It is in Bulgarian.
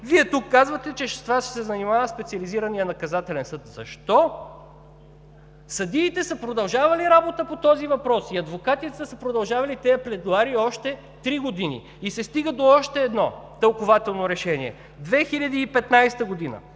Вие тук казвате, че с това ще се занимава Специализираният наказателен съд. Защо? Съдиите са продължавали работа по този въпрос и адвокатите са си продължавали тези пледоарии още три години. И се стига до още едно тълкувателно решение – в 2015 г.